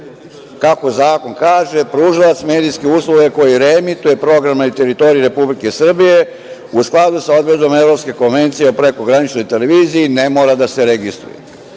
kako zakon kaže – pružalac medijske usluge koji reemituje program na teritoriji Republike Srbije u skladu sa odredbom Evropske konvencije o prekograničnoj televiziji ne mora da se registruje,